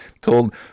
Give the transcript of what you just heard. told